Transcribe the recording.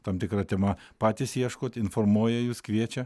tam tikra tema patys ieškot informuoja jus kviečia